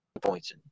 points